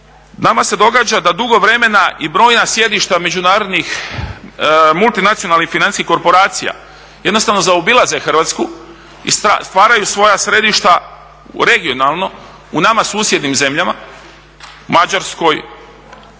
Nama se događa da dugo vremena i brojna sjedišta međunarodnih multinacionalnih financijskih korporacija jednostavno zaobilaze Hrvatsku i stvaraju svoja središta u regionalno u nama susjednim zemljama Mađarskoj,